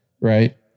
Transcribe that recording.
Right